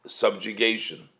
subjugation